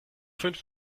fünf